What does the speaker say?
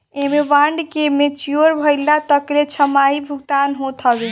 एमे बांड के मेच्योर भइला तकले छमाही भुगतान होत हवे